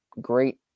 great